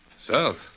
South